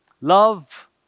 Love